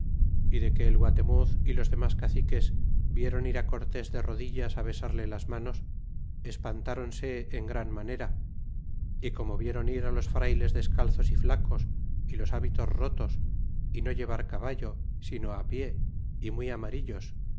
y de que el guatemuz y los demos caciques vieron ir corts de rodillas besarte las manos espantáronse en gran manera y como vieron ir los frayles descalzos y flacos y los hábitos rotos y no llevar caballo sino á pie y muy amarillos